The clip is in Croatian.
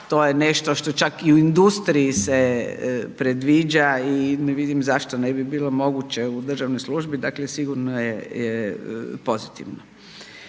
to je nešto što čak i u industriji se predviđa i ne vidim zašto ne bi bilo moguće u državnoj službi. Dakle, sigurno je pozitivno.